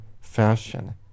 fashion